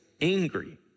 angry